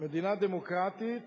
מדינה דמוקרטית